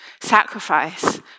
sacrifice